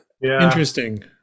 interesting